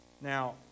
Now